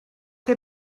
que